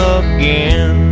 again